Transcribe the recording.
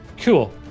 Cool